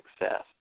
success